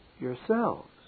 yourselves